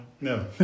No